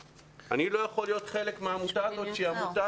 אני לא יכול להיות חלק מהעמותה הזאת שהיא עמותה